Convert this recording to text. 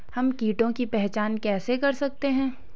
हम कीटों की पहचान कैसे कर सकते हैं?